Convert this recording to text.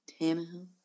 Tannehill